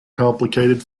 complicated